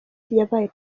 yabaye